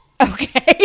Okay